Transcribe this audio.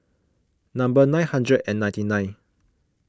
number nine hundred and ninety nine